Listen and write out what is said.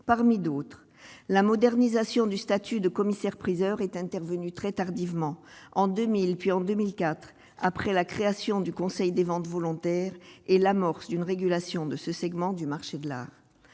parmi d'autres, la modernisation du statut de commissaire priseur est intervenu très tardivement, en 2000 puis en 2004, après la création du Conseil des ventes volontaires et l'amorce d'une régulation de ce segment du marché de la